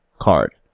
card